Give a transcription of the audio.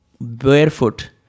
barefoot